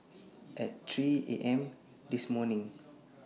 At three A M This morning